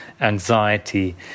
anxiety